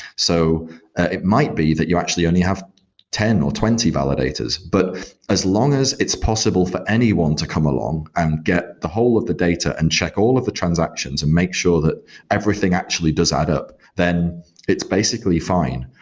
so it might be that you actually only have ten or twenty validators, but as long as it's possible for anyone to come along and get the whole of the data and check all of the transactions and make sure that everything actually does add up, then it's basically fine.